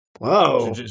Wow